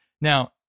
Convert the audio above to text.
now